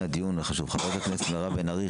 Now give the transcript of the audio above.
הדיון החשוב חברת הכנסת מירב בן ארי,